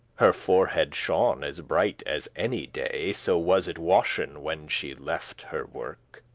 her forehead shone as bright as any day, so was it washen, when she left her werk.